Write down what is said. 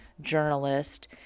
journalist